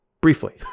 briefly